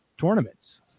tournaments